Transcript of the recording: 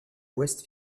west